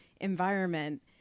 environment